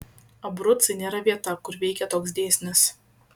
abrucai nėra vieta kur veikia toks dėsnis